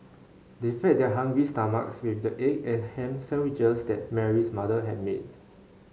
they fed their hungry stomachs with the egg and ham sandwiches that Mary's mother had made